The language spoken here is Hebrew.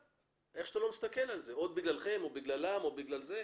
או בגללכם או בגללם או בגלל זה.